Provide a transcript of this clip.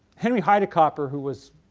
henry hideacopper who was